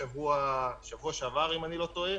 בשבוע שעבר אם אני לא טועה,